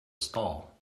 stall